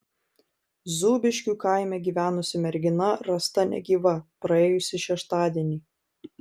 zūbiškių kaime gyvenusi mergina rasta negyva praėjusį šeštadienį